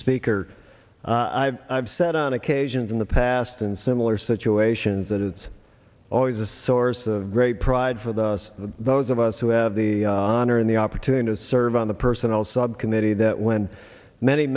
speaker i've i've said on occasions in the past in similar situations that it's always a source of great pride for the us those of us who have the honor and the opportunity to serve on the personnel subcommittee that when many